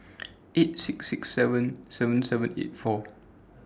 eight six six seven seven seven eight four